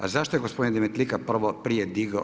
A zašto je gospodin Demetlika prije digao?